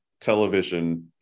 television